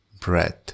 breath